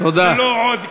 ולא כעוד קוריוז.